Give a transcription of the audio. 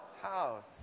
House